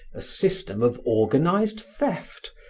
a system of organized theft,